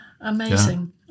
amazing